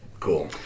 Cool